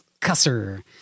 cusser